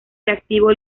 reactivo